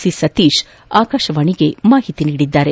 C Satish ಆಕಾಶವಾಣಿಗೆ ಮಾಹಿತಿ ನೀಡಿದ್ದಾರೆ